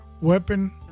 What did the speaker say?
weapon